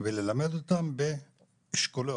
וללמד אותן באשכולות,